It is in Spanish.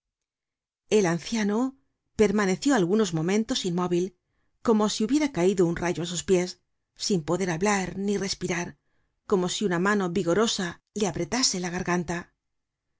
el anciano permaneció algunos momentos inmóvil como si hubiera caido un rayo á sus pies sin poder hablar ni respirar como si una mano vigorosa le apretase la garganta por